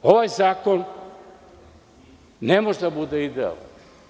Ovaj zakon ne može da bude idealan.